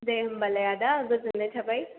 दे होनबालाय आदा गोजोन्नाय थाबाय